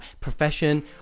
Profession